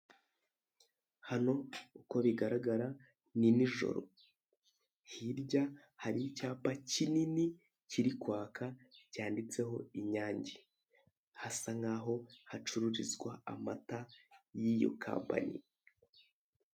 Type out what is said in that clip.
Hano uko bigaragara ni nijoro hirya hari icyapa kinini kiri kwaka cyanditseho inyange hasa nkaho hacururizwa amata y'iyo kampani.